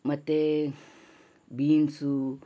ಮತ್ತು ಬೀನ್ಸು